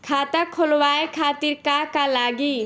खाता खोलवाए खातिर का का लागी?